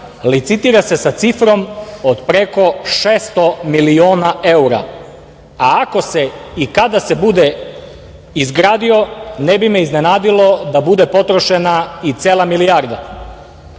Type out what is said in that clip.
licitira se sa cifrom od preko 600 miliona evra. A ako se i kada se bude izgradio, ne bi me iznenadilo da bude potrošena i cela milijarda. Pazite,